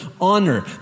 honor